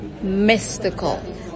mystical